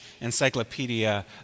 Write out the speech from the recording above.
encyclopedia